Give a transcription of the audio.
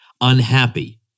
unhappy